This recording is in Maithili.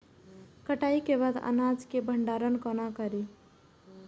कटाई के बाद अनाज के भंडारण कोना करी?